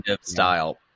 style